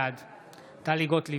בעד טלי גוטליב,